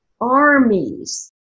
armies